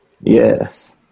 Yes